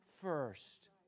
first